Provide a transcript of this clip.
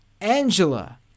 Angela